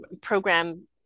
program